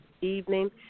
evening